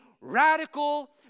radical